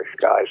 guys